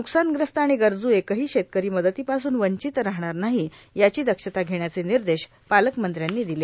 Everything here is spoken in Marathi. नुकसानग्रस्त आर्गाण गरजू एकही शेतकरी मदतीपासून वंचीत राहणार नाही याची दक्षता घेण्याचे निदश पालकमंत्री यांनी दिले